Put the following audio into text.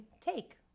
take